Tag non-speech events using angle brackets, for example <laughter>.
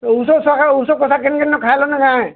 ଉଷଦ୍ ଉଷଦ୍ <unintelligible> ଉଷଦ୍ କେନ୍ କେନ୍ନ ଖାଇଲାନ କାଏଁ